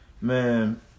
Man